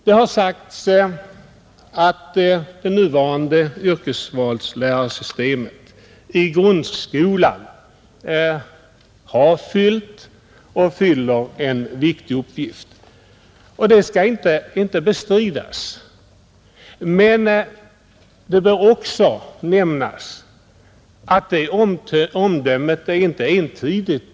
Det har sagts att det nuvarande yrkesvalslärarsystemet i grundskolan har fyllt och fyller en viktig uppgift. Det skall inte bestridas, men det bör också nämnas att det omdömet inte är entydigt.